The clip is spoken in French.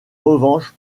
revanche